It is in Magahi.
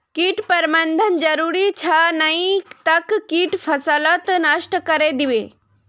कीट प्रबंधन जरूरी छ नई त कीट फसलक नष्ट करे दीबे